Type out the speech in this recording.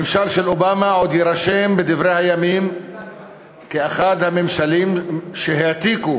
הממשל של אובמה עוד יירשם בדברי הימים כאחד הממשלים שהעתיקו